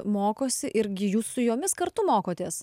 mokosi irgi jūs su jomis kartu mokotės